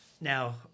now